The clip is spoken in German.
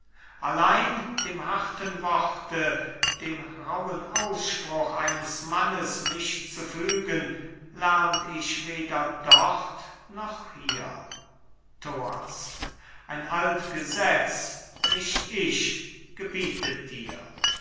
allein dem harten worte dem rauhen ausspruch eines mannes mich zu fügen lernt ich weder dort noch hier thoas ein alt gesetz nicht ich gebietet dir